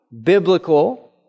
biblical